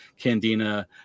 Candina